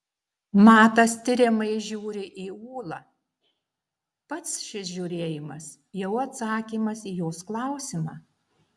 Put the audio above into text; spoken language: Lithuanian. matas tiriamai žiūri į ūlą pats šis žiūrėjimas jau atsakymas į jos klausimą